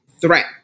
threat